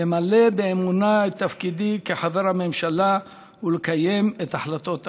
למלא באמונה את תפקידי כחבר הממשלה ולקיים את החלטות הכנסת.